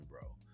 bro